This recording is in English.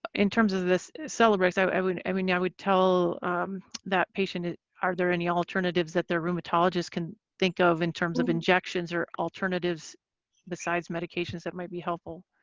ah in terms of the celebrex i mean i mean yeah i would tell that patient are there any alternatives that their rheumatologists can think of in terms of injections, or alternatives besides medications, that might be helpful.